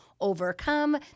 overcome